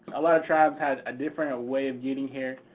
a lot of tribes had a different way of getting here,